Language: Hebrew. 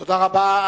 תודה רבה.